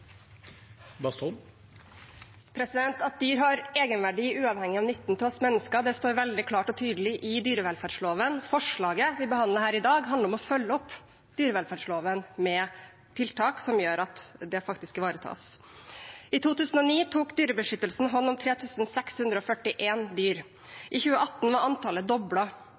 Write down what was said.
At dyr har egenverdi uavhengig av nytten for oss mennesker, står veldig klart og tydelig i dyrevelferdsloven. Forslaget vi behandler her i dag, handler om å følge opp dyrevelferdsloven med tiltak som gjør at det faktisk ivaretas. I 2009 tok Dyrebeskyttelsen hånd om 3 641 dyr. I 2018 var antallet